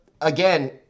again